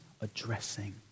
addressing